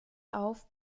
auf